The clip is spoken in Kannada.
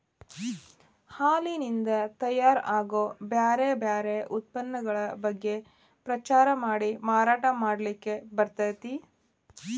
ಹಾಲಿನಿಂದ ತಯಾರ್ ಆಗೋ ಬ್ಯಾರ್ ಬ್ಯಾರೆ ಉತ್ಪನ್ನಗಳ ಬಗ್ಗೆ ಪ್ರಚಾರ ಮಾಡಿ ಮಾರಾಟ ಮಾಡ್ಲಿಕ್ಕೆ ಬರ್ತೇತಿ